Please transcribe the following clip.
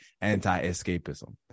anti-escapism